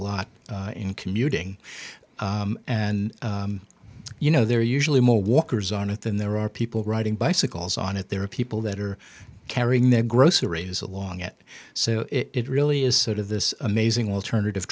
lot in commuting and you know there are usually more walkers on it than there are people riding bicycles on it there are people that are carrying their groceries along it so it really is sort of this amazing alternative